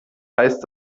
heißt